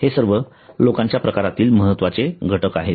हे सर्व लोकांच्या प्रकारांतील महत्वाचे घटक आहेत